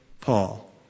Paul